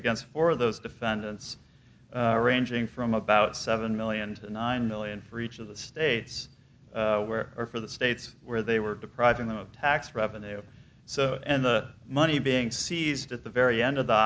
against for those defendants ranging from about seven million to nine million for each of the states where or for the states where they were depriving them of tax revenue so and the money being seized at the very end of the